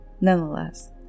nonetheless